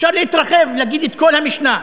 אפשר להתרחב, להגיד את כל המשנה.